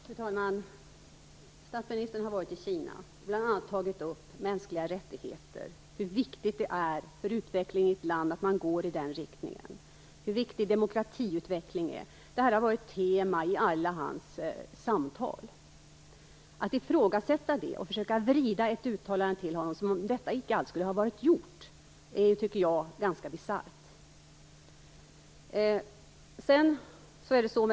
Fru talman! Statsministern har varit i Kina och bl.a. tagit upp mänskliga rättigheter, hur viktigt det är för utvecklingen i ett land att man går i den riktningen, hur viktig demokratiutveckling är. Det här har varit ett tema i alla hans samtal. Att ifrågasätta det, som om det icke alls skulle ha gjorts, och försöka vrida till ett uttalande av honom är ganska bisarrt.